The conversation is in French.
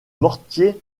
mortier